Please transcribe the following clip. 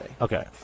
Okay